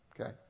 Okay